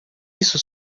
isso